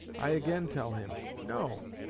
i again tell him, no!